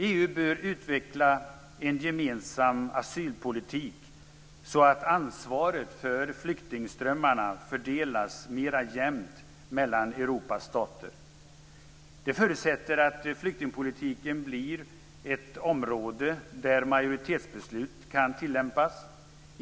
EU bör utveckla en gemensam asylpolitik så att ansvaret för flyktingströmmarna fördelas mera jämnt mellan Europas stater. Det förutsätter att flyktingpolitiken blir ett område där majoritetsbeslut kan tillämpas.